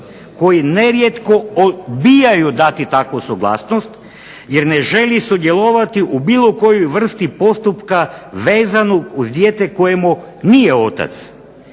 koji nerijetko odbijaju dati takvu suglasnost jer ne želi sudjelovati u bilo kojoj vrsti postupka vezano uz dijete kojemu nije otac